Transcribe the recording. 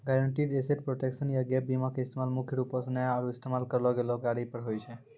guaranteed asset protection या gap बीमा के इस्तेमाल मुख्य रूपो से नया आरु इस्तेमाल करलो गेलो गाड़ी पर होय छै